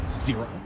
zero